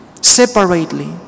separately